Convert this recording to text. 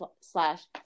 slash